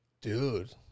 Dude